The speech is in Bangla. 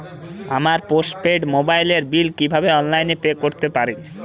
আমার পোস্ট পেইড মোবাইলের বিল কীভাবে অনলাইনে পে করতে পারি?